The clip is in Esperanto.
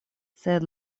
sed